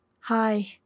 Hi